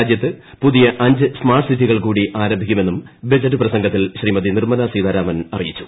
രാജ്യത്ത് പുതിയ അഞ്ച് സ്മാർട്ട് സിറ്റികൾ കൂടി ആരംഭിക്കുമെന്നും ബജറ്റ് പ്രസംഗത്തിൽ ശ്രീമതി നിർമലാ സീതാരാമൻ അറിയിച്ചു